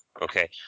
Okay